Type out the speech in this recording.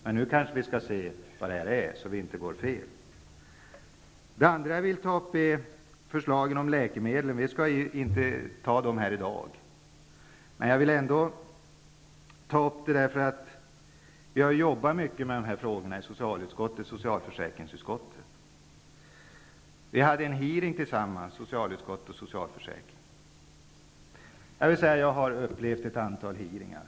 Men nu är dags att se vad det är fråga om, så att vi inte går fel. För det andra har vi förslagen om läkemedel. Vi skall inte fatta beslut om dem i dag. Men jag vill ändå diskutera dem, eftersom vi har arbetat mycket med frågorna i socialutskottet och socialförsäkringsutskottet. Socialutskottet och socialförsäkringsutskottet hade en gemensam hearing. Jag har upplevt ett antal hearingar.